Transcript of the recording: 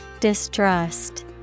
Distrust